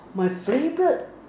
my favourite